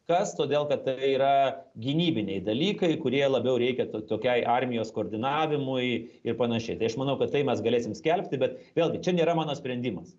kas todėl kad tai yra gynybiniai dalykai kurie labiau reikia to tokiai armijos koordinavimui ir panašiai tai aš manau kad tai mes galėsim skelbti bet vėlgi čia nėra mano sprendimas